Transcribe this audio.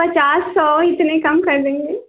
पचास सौ इतने कम कर देंगे